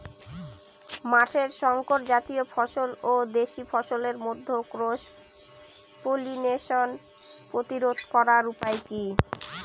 মাঠের শংকর জাতীয় ফসল ও দেশি ফসলের মধ্যে ক্রস পলিনেশন প্রতিরোধ করার উপায় কি?